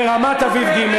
ברמת-אביב ג'.